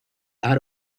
out